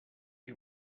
you